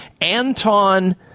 anton